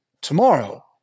tomorrow